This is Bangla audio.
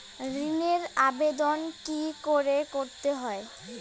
ঋণের আবেদন কি করে করতে হয়?